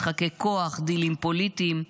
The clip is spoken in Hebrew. משחקי כוח, דילים פוליטיים,